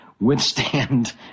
withstand